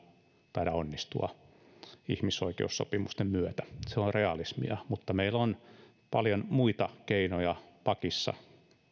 taida onnistua ihmisoikeussopimusten takia se on realismia mutta meillä on paljon muita keinoja pakissa